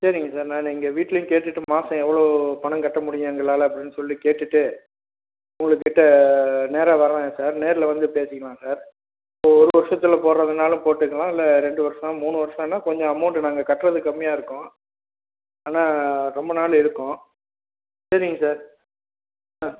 சரிங்க சார் நான் இங்கே வீட்லேயும் கேட்டுவிட்டு மாதம் எவ்வளோ பணம் கட்ட முடியும் எங்களால் அப்படின்னு சொல்லி கேட்டுவிட்டு உங்கள் கிட்டே நேராக வரேங்க சார் நேரில் வந்து பேசிக்கலாம் சார் ஒரு ஒரு வருஷத்துல போடுறதுனாலும் போட்டுக்கலாம் இல்லை ரெண்டு வருஷம் மூணு வருஷன்னா கொஞ்சம் அமௌண்ட் நாங்கள் கட்டுறது கம்மியாக இருக்கும் ஆனால் ரொம்ப நாள் இழுக்கும் சரிங்க சார் ஆ